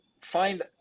find